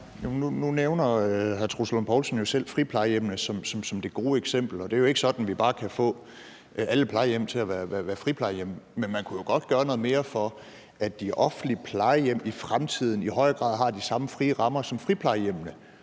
Nu nævner hr. Troels Lund Poulsen jo selv friplejehjemmene som det gode eksempel. Det er jo ikke sådan, at vi bare kan få alle plejehjem til at være friplejehjem. Men man kunne jo godt gøre noget mere, for at de offentlige plejehjem i fremtiden i højere grad har de samme frie rammer som friplejehjemmene.